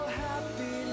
happy